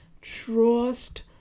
trust